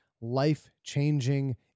life-changing